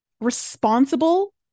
Responsible